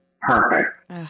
perfect